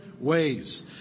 ways